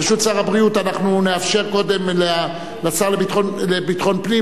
ברשות שר הבריאות אנחנו נאפשר קודם לשר לביטחון פנים